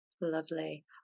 Lovely